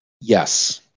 Yes